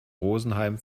rosenheim